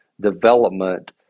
development